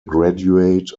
graduate